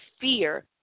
fear